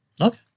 Okay